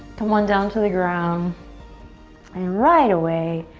come on down to the ground and right away,